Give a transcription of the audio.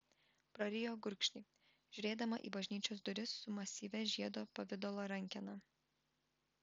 prarijo gurkšnį žiūrėdama į bažnyčios duris su masyvia žiedo pavidalo rankena